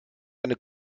eine